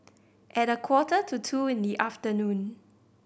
at a quarter to two in the afternoon